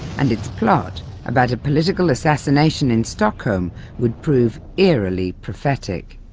and its plot about a political assassination in stockholm would prove eerily prophetic.